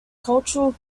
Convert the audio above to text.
cultural